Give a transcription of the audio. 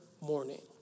morning